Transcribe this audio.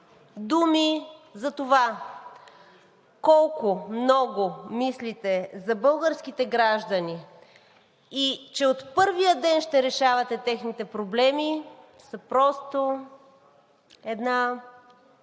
думи за това колко много мислите за българските граждани и от първия ден ще решавате техните проблеми са просто, не